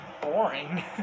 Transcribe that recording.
boring